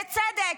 בצדק.